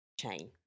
chain